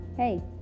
Hey